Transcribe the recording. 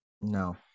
No